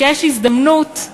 כשיש הזדמנות,